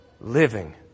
living